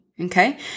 Okay